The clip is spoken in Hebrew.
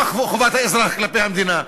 לא על חובת האזרח כלפי המדינה,